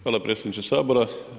Hvala predsjedniče Sabora.